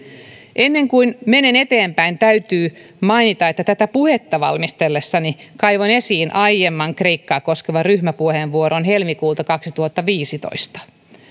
ennen kuin menen eteenpäin täytyy mainita että tätä puhetta valmistellessani kaivoin esiin aiemman kreikkaa koskevan ryhmäpuheenvuoron helmikuulta kaksituhattaviisitoista